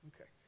Okay